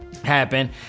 happen